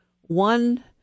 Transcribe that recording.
one